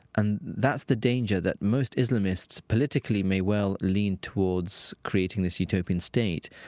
and that's the danger that most islamists politically may well lean towards creating this utopian state.